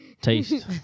taste